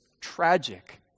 tragic